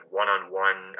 one-on-one